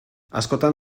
askotan